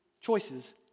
choices